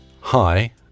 hi